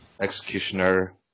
Executioner